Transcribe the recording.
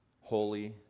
holy